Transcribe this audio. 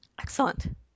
Excellent